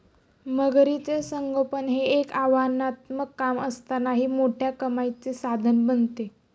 मगरीचे संगोपन हे एक आव्हानात्मक काम असतानाही मोठ्या कमाईचे साधन बनते